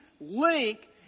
link